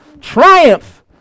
triumph